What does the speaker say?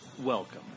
Welcome